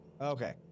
Okay